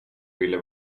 ville